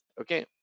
okay